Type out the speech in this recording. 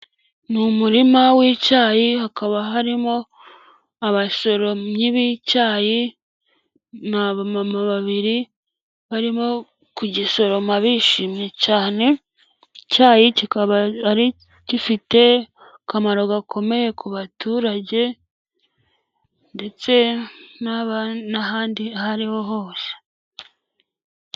Ni umurima w'icyayi hakaba harimo abasoromyi b'icyayi, ni abamama babiri barimo kugisoroma bishimye cyane, icyayi kikaba gifite akamaro gakomeye ku baturage ndetse n'ahandi harihoho hose.